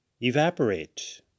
evaporate